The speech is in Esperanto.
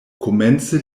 komence